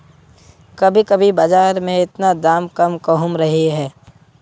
कभी कभी बाजार में इतना दाम कम कहुम रहे है?